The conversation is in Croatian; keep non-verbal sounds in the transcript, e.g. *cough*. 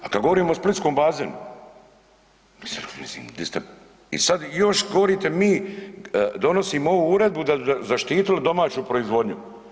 A kad govorimo o splitskom bazenu, ... *unintelligible* i sad još govorite mi donosimo ovu uredbu da bi zaštitili domaću proizvodnju.